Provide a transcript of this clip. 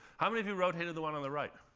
how many of you rotated the one on the right?